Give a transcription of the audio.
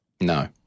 No